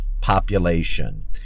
population